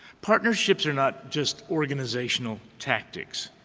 partnerships are not just organizational tactics.